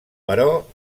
però